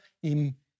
im